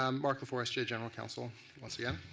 um marc leforestier general counsel once again.